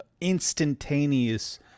instantaneous